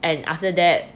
and after that